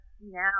now